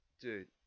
Dude